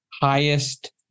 highest